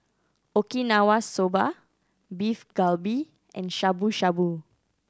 Okinawa Soba Beef Galbi and Shabu Shabu